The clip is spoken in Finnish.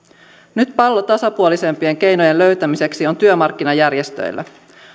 nyt pallo tasapuolisempien keinojen löytämiseksi on työmarkkinajärjestöillä